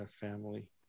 family